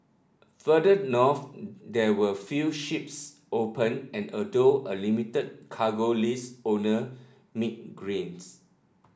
further north there were few ships open and although a limited cargo list owner made gains